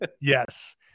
Yes